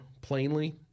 plainly